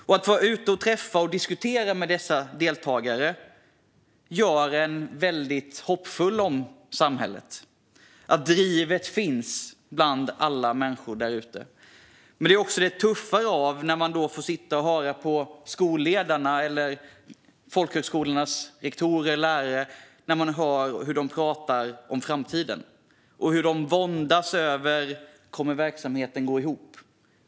Att få vara ute, träffa och diskutera med dessa deltagare gör en väldigt hoppfull om samhället. Man ser att drivet finns bland alla människor därute. Men det är också tufft att sitta och höra på skolledarna, folkhögskolornas rektorer och lärare, när de talar om framtiden. De våndas över: Kommer verksamheten att gå ihop?